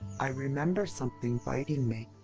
i remember something biting me.